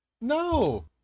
No